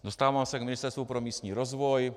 Dostávám se k Ministerstvu pro místní rozvoj.